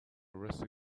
rusty